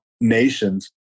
nations